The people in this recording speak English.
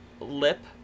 lip